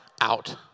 out